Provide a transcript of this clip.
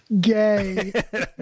gay